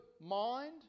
mind